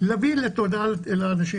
להביא לתודעה של האנשים.